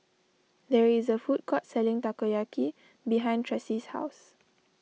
there is a food court selling Takoyaki behind Tressie's house